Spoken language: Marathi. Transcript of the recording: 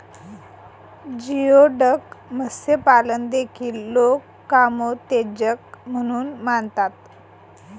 जिओडक मत्स्यपालन देखील लोक कामोत्तेजक म्हणून मानतात